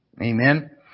Amen